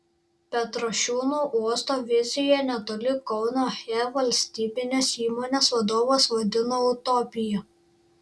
petrašiūnų uosto viziją netoli kauno he valstybinės įmonės vadovas vadino utopija